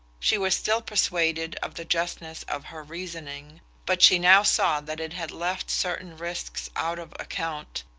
she was still persuaded of the justness of her reasoning but she now saw that it had left certain risks out of account.